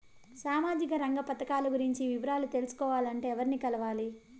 సామాజిక రంగ పథకాలు గురించి వివరాలు తెలుసుకోవాలంటే ఎవర్ని కలవాలి?